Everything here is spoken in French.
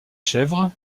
chèvre